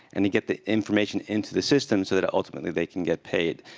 and to get the information into the system so that, ultimately, they can get paid.